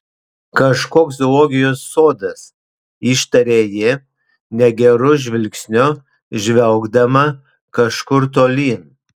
kažkoks zoologijos sodas ištarė ji negeru žvilgsniu žvelgdama kažkur tolyn